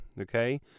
Okay